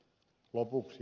lopuksi